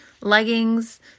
leggings